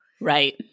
Right